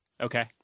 Okay